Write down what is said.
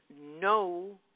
no